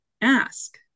ask